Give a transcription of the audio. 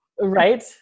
right